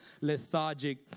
lethargic